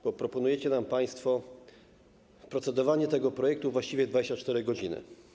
Bo proponujecie nam państwo na procedowanie nad tym projektem właściwie 24 godziny.